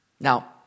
Now